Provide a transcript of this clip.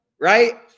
right